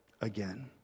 again